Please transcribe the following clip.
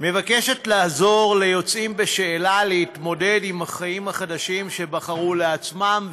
מבקשת לעזור ליוצאים בשאלה להתמודד עם החיים החדשים שבחרו לעצמם,